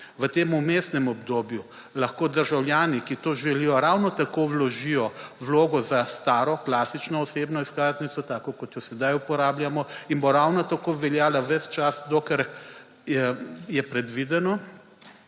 V tem umestnem obdobju lahko državljani, ki to želijo ravno tako vložijo vlogo za staro klasično osebno izkaznico tako kot jo sedaj uporabljamo in bo ravno tako veljala ves čas dokler je predvideno.